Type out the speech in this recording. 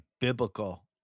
biblical